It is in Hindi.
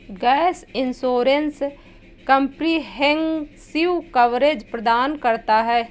गैप इंश्योरेंस कंप्रिहेंसिव कवरेज प्रदान करता है